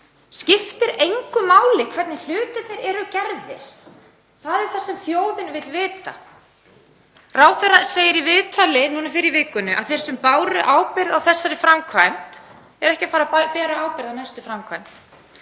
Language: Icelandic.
Skiptir engu máli hvernig hlutirnir eru gerðir? Það er það sem þjóðin vill vita. Ráðherra segir í viðtali núna fyrr í vikunni að þeir sem báru ábyrgð á þessari framkvæmd myndu ekki bera ábyrgð á næstu framkvæmd.